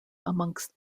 amongst